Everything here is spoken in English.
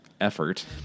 effort